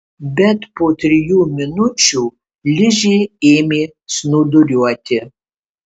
bet po trijų minučių ližė ėmė snūduriuoti